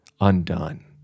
undone